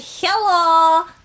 Hello